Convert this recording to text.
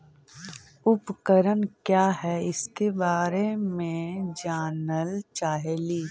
उपकरण क्या है इसके बारे मे जानल चाहेली?